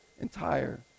entire